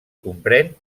comprèn